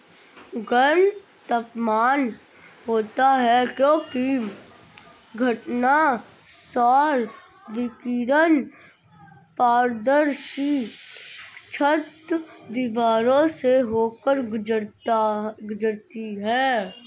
गर्म तापमान होता है क्योंकि घटना सौर विकिरण पारदर्शी छत, दीवारों से होकर गुजरती है